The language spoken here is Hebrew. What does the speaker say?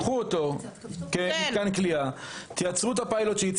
קחו אותו ותייצרו את הפיילוט.